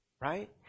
Right